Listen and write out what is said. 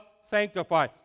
sanctify